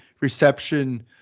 reception